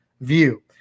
view